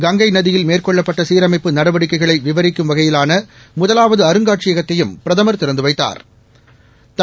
கங்கை நதியில் மேற்கொள்ளப்பட்ட சீரமைப்பு நடவடிக்கைகளை விவரிக்கும் வகையிலாள முதலாவது அருஙகாட்சியகத்தையும் பிரதமள் திறந்து வைத்தாள்